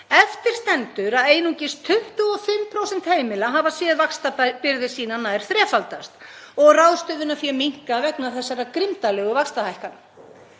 Eftir stendur að einungis 25% heimila hafa séð vaxtabyrði sína nær þrefaldast og ráðstöfunarfé minnka vegna þessara grimmdarlegu vaxtahækkana.